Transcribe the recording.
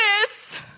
this